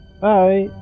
Bye